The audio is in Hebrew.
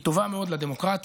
היא טובה מאוד לדמוקרטיה,